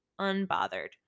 Unbothered